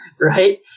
right